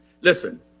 listen